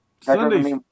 sunday